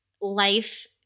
life